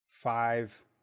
five